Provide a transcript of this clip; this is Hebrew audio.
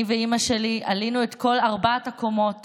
אני ואימא שלי עלינו את כל ארבע הקומות